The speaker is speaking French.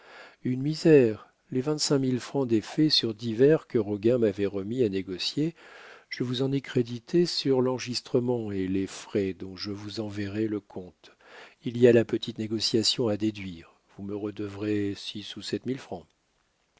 une misère les vingt-cinq mille francs d'effets sur divers que roguin m'avait remis à négocier je vous en ai crédité sur l'enregistrement et les frais dont je vous enverrai le compte il y a la petite négociation à déduire vous me redevrez six ou sept